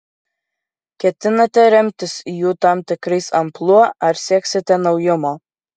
ketinate remtis jų tam tikrais amplua ar sieksite naujumo